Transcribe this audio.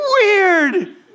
weird